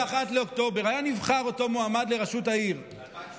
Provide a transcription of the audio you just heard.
היה נבחר אותו מועמד לראשות העיר, ב-2018?